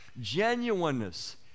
genuineness